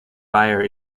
fire